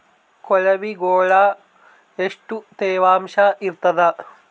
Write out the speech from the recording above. ಕೊಳವಿಗೊಳ ಎಷ್ಟು ತೇವಾಂಶ ಇರ್ತಾದ?